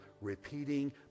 repeating